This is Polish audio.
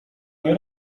nie